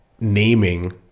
naming